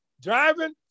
driving